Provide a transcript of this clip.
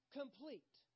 complete